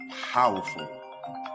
powerful